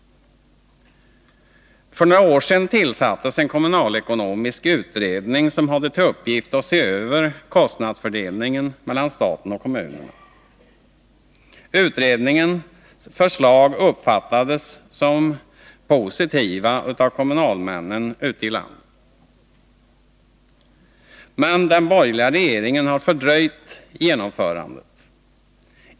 För några år sedan tillsattes en kommunalekonomisk utredning, som hade till uppgift att se över kostnadsfördelningen mellan staten och kommunerna. Utredningens förslag uppfattades som positiva av kommunalmännen ute i landet. Men den borgerliga regeringen har fördröjt genomförandet.